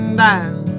down